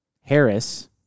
Harris